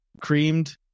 creamed